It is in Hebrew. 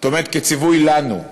זאת אומרת כציווי לנו,